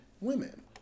women